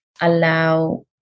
allow